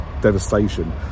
devastation